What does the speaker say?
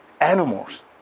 animals